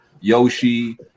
Yoshi